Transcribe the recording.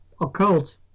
occult